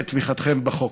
אודה על תמיכתכם בחוק.